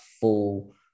full